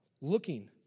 looking